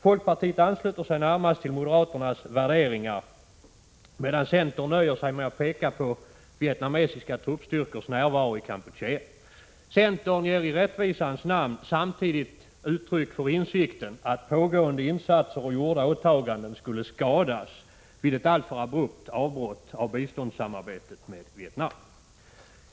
Folkpartiet ansluter sig närmast till moderaternas värderingar, medan centern nöjer sig med att peka på vietnamesiska truppstyrkors närvaro i Kampuchea. Centern ger i rättvisans namn samtidigt uttryck för insikten att pågående insatser och gjorda åtaganden skulle skadas vid ett alltför abrupt avbrott av biståndssamarbetet med Vietnam.